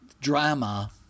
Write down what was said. drama